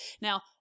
Now